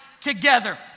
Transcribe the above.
together